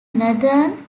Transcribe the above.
northern